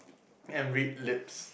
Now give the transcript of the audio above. and read lips